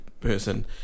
person